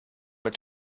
mit